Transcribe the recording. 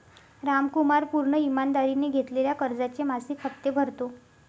रामकुमार पूर्ण ईमानदारीने घेतलेल्या कर्जाचे मासिक हप्ते भरतो